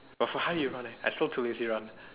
but for how you run eh I still too lazy to run